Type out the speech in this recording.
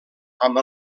amb